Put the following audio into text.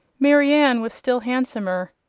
marianne was still handsomer.